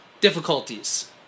difficulties